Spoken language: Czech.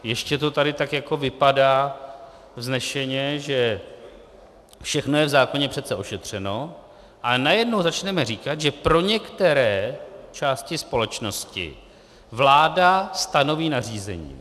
Ještě to tady tak jako vypadá vznešeně, že všechno je v zákoně přece ošetřeno, ale najednou začneme říkat, že pro některé části společnosti vláda stanoví nařízení.